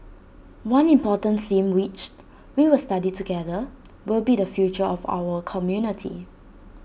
one important theme which we will study together will be the future of our community